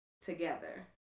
together